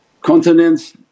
continents